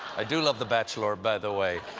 i do love the bachelorb, by the way.